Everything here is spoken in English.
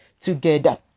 together